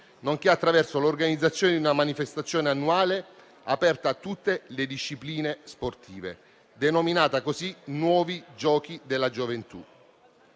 nonché attraverso l'organizzazione di una manifestazione annuale aperta a tutte le discipline sportive, denominata «Nuovi giochi della gioventù».